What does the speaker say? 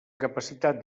capacitat